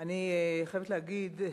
אני חייבת להגיד,